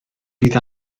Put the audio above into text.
bydd